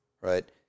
right